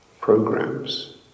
programs